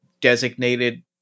designated